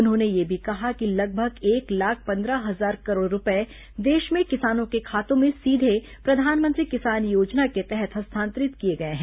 उन्होंने यह भी कहा कि लगभग एक लाख पंद्रह हजार करोड़ रुपये देश में किसानों के खातों में सीधे प्रधानमंत्री किसान योजना के तहत हस्तांतरित किए गए हैं